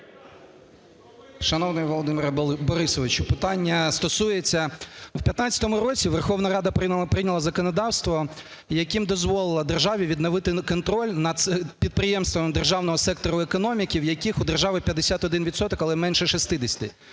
Шановний Володимире Борисовичу! Питання стосується, в 2015 році Верховна Рада прийняла законодавство, яким дозволила державі відновити контроль над підприємствами державного сектору економіки, в яких у держави 51 відсоток, але менше 60-ти.